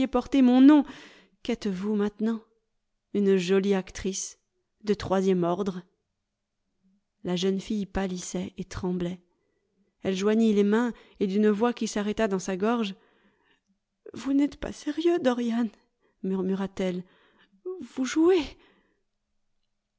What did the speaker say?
mon nom qu'êtes-vous maintenant une jolie actrice de troisième ordre la jeune fille pâlissait et tremblait elle joignit les mains et d'une voix qui s'arrêta dans sa gorge vous n'êtes pas sérieux dorian murmura t-elle vous jouez